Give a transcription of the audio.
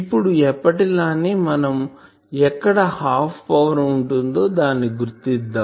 ఇప్పుడు ఎప్పటిలానే మనం ఎక్కడ హాఫ్ పవర్ ఉంటుందో దాన్ని గుర్తిద్దాం